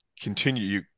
continue